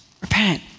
Repent